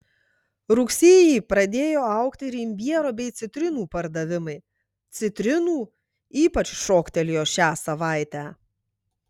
rugsėjį pradėjo augti ir imbiero bei citrinų pardavimai citrinų ypač šoktelėjo šią savaitę